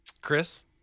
Chris